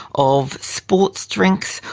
of sports drinks,